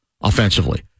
offensively